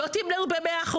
אם לא תמנעו ב-100%,